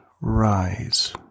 rise